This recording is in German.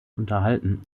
unterhalten